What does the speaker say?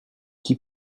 qui